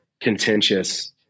contentious